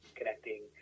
connecting